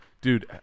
Dude